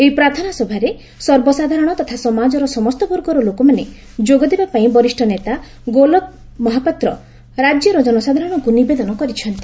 ଏହି ପ୍ରାର୍ଥନା ସଭାରେ ସର୍ବସାଧାରଣ ତଥା ସମାଜର ସମସ୍ତ ବର୍ଗର ଲୋକମାନେ ଯୋଗଦେବା ପାଇଁ ବରିଷ୍ଷ ନେତା ଗୋଲକ ମହାପାତ୍ର ରାଜ୍ୟର ଜନସାଧାରଣଙ୍କୁ ନିବେଦନ କରିଛନ୍ତି